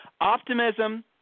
Optimism